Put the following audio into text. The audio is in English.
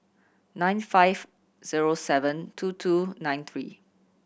nine five zero seven two two nine three